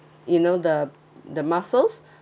you know the the mussels